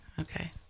Okay